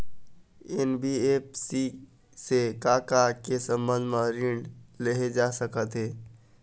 NBFC से का का के संबंध म ऋण लेहे जा सकत हे?